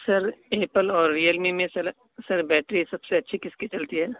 سر Apple اور Realme میں sir sir battery sir سب سے اچھی کس کی چلتی ہے